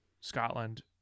Scotland